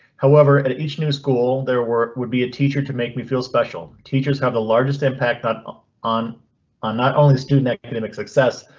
however, at each new school there were would be a teacher to make me feel special. teachers have the largest impact on um on not only student academic success,